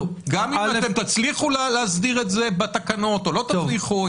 גם אם אתם תצליחו להסדיר את זה בתקנות או לא תצליחו,